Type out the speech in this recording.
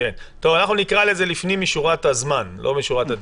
נקרא לזה "לפנים משורת הזמן", לא הדין.